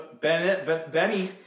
Benny